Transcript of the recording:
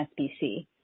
SBC